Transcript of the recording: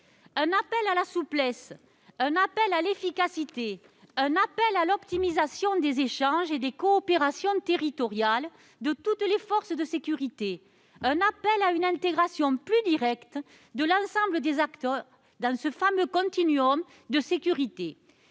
un appel à la souplesse, à l'efficacité, à l'optimisation des échanges et des coopérations territoriales de toutes les forces de sécurité, un appel, enfin, à une intégration plus directe de l'ensemble des acteurs dans ce fameux continuum de sécurité.